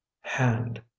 hand